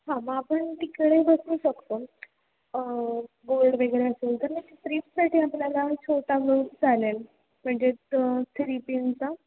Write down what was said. हां मग आपण तिकडे बसू शकतो बोर्ड वेगळं असेल तर म्हणजे फ्रीजसाठी आपल्याला छोटा बोर्ड चालेल म्हणजेच थ्री पीनचा